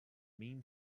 mean